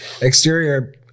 Exterior